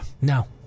No